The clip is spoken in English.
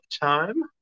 Time